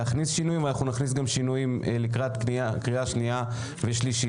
להכניס שינויים ואנחנו נכניס גם שינויים לקראת קריאה שנייה ושלישית.